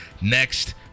next